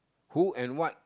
who and what